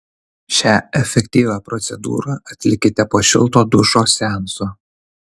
šią efektyvią procedūrą atlikite po šilto dušo seanso